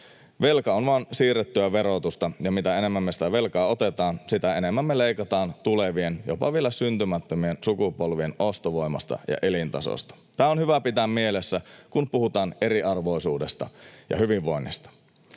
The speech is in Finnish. Velka on vain siirrettyä verotusta, ja mitä enemmän me sitä velkaa otetaan, sitä enemmän me leikataan tulevien, jopa vielä syntymättömien sukupolvien ostovoimasta ja elintasosta. Tämä on hyvä pitää mielessä, kun puhutaan eriarvoisuudesta ja hyvinvoinnista.